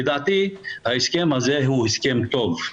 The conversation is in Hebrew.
לדעתי ההסכם הזה הוא הסכם טוב.